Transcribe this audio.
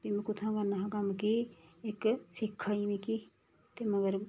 फ्ही में कुत्थां करना हा कम्म कि इक सिक्ख आई मिकी ते मगर